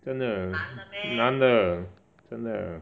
真的男的真的